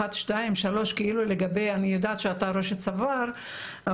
אני יודעת שאתה בתחום ראש צוואר,